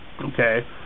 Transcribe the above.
okay